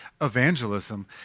evangelism